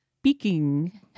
Speaking